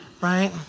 Right